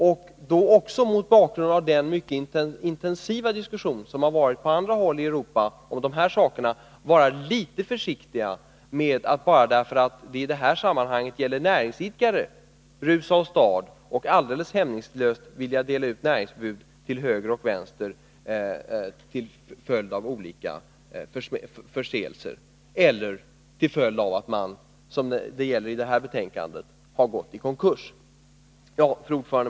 Och mot bakgrund av den mycket intensiva diskussion som förts på andra hålli Europa om dessa företeelser tror jag att man bör vara litet Kankurskarantän försiktig med att — bara därför att det i det här sammanhanget gäller näringsidkare — rusa åstad och helt hämningslöst dela ut näringsförbud till höger och vänster till följd av olika förseelser eller till följd av att någon, vilket det gäller i det här fallet, har gått i konkurs. Fru talman!